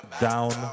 Down